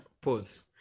pause